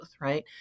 right